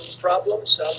problems